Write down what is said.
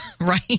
right